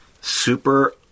super